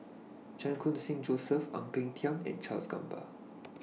Chan Khun Sing Joseph Ang Peng Tiam and Charles Gamba